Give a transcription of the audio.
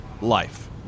life